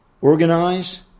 organize